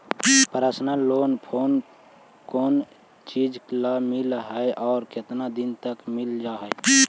Personal loan कोन कोन चिज ल मिल है और केतना दिन में मिल जा है?